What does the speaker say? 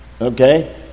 Okay